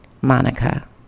Monica